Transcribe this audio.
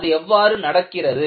அது எவ்வாறு நடக்கிறது